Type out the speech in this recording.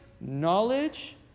knowledge